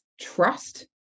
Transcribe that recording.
trust